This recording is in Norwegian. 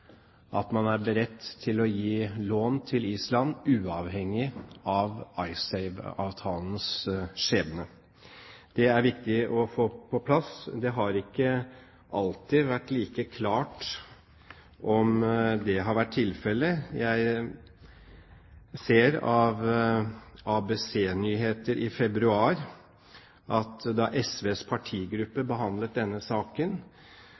at man er beredt til å gi lån til Island uavhengig av IceSave-avtalens skjebne. Det er viktig å få på plass. Det har ikke alltid vært like klart om det har vært tilfellet. Jeg ser av ABC Nyheter i februar at da SVs partigruppe behandlet denne saken,